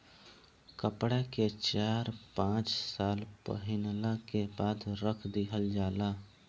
कपड़ा के चार पाँच साल पहिनला के बाद रख दिहल जाला